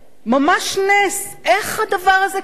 ממש נס, איך הדבר הזה קרה?